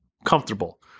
comfortable